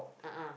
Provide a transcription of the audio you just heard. a'ah